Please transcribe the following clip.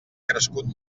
crescut